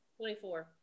24